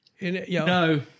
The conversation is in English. No